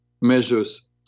measures